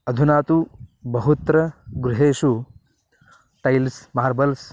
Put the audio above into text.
अधुना तु बहुत्र गृहेषु टैल्स् मार्बल्स्